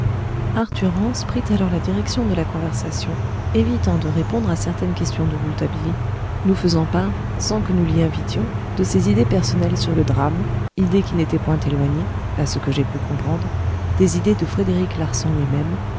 arthur rance prit alors la direction de la conversation évitant de répondre à certaines questions de rouletabille nous faisant part sans que nous l'y invitions de ses idées personnelles sur le drame idées qui n'étaient point éloignées à ce que j'ai pu comprendre des idées de frédéric larsan lui-même